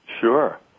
Sure